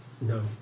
No